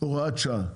הוראת שעה.